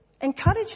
encourage